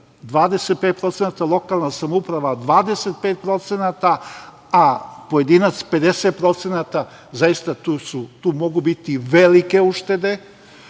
25%, lokalna samouprava 25%, a pojedinac 50%. Zaista, tu mogu biti velike uštede. Isto